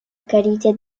qualité